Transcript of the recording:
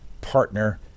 partner